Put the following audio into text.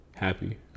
happy